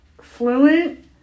fluent